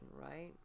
right